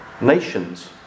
Nations